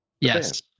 Yes